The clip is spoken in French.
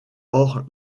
hors